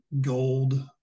gold